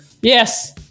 Yes